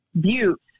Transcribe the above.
Butte